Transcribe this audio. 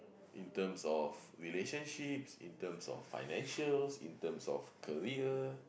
in terms of relationships in terms of financials in terms of career